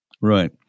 Right